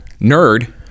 nerd